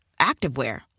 activewear